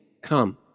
Come